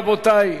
רבותי,